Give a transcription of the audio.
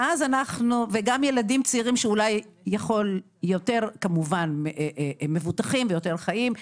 וגם ילדים צעירים שיותר מבוטחים ויותר חיים,